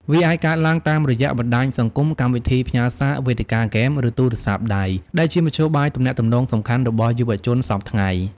វាអាចកើតឡើងតាមរយៈបណ្តាញសង្គម កម្មវិធីផ្ញើសារ វេទិកាហ្គេម ឬទូរស័ព្ទដៃ ដែលជាមធ្យោបាយទំនាក់ទំនងសំខាន់ៗរបស់យុវជនសព្វថ្ងៃ។